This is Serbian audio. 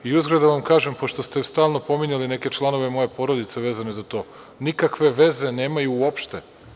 Uzgred da vam kažem, pošto ste stalno pominjali neke članove moje porodice vezano za to, nikakve veze nemaju uopšte.